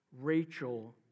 Rachel